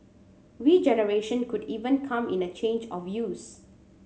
regeneration could even come in a change of use